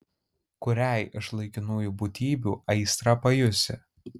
kuriai iš laikinųjų būtybių aistrą pajusi